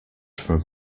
from